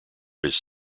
his